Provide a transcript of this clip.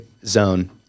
zone